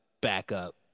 backup